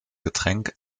getränk